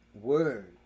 word